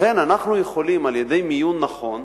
לכן אנחנו יכולים, על-ידי מיון נכון